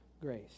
grace